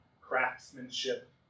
craftsmanship